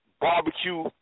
Barbecue